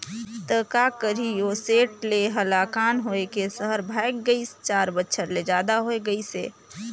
त का करही ओ सेठ ले हलाकान होए के सहर भागय गइस, चार बछर ले जादा हो गइसे